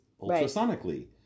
ultrasonically